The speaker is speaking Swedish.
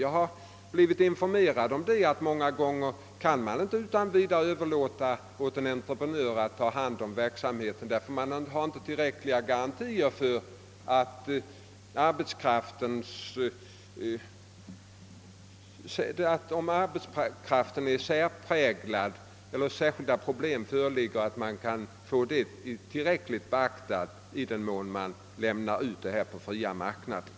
Jag har blivit informerad om att man många gånger inte kan överlåta åt en entreprenör att ta hand om verksamheten, ty man har, om arbetskraften är särpräglad eller särskilda problem föreligger, inte tillräckliga garantier för att dessa omständigheter beaktas på den fria marknaden.